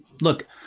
look